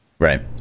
right